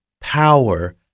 power